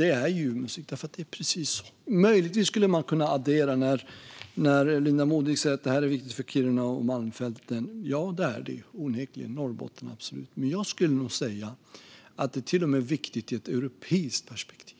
är ljuv musik därför att det är precis så. Till det som Linda Modig säger om att detta är viktigt för Kiruna och Malmfälten skulle man möjligtvis kunna addera något. Ja, onekligen är det viktigt för Norrbotten - absolut - men jag skulle säga att det är viktigt till och med ur ett europeiskt perspektiv.